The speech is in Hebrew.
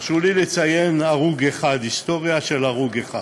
תרשו לי לציין הרוג אחד, היסטוריה של הרוג אחד.